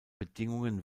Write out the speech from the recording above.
bedingungen